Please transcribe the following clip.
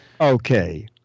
Okay